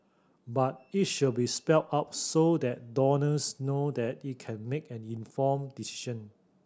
but it should be spelled out so that donors know that it can make an informed decision